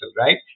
right